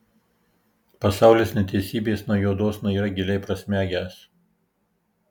pasaulis neteisybėsna juodosna yra giliai prasmegęs